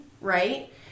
right